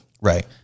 Right